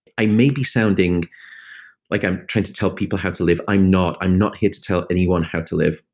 i may be sounding like i'm trying to tell people how to live. i'm not i'm not here to tell anyone how to live.